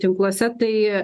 tinkluose tai